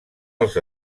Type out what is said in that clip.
els